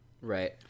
Right